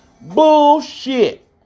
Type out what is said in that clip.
Bullshit